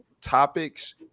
topics